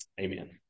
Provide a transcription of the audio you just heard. Amen